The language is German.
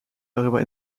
darüber